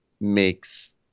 makes